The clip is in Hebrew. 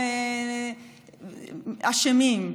אשמים.